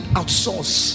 outsource